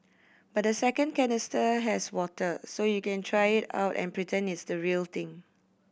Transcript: but the second canister has water so you can try it out and pretend it's the real thing